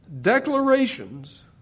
declarations